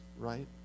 right